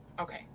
okay